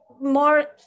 more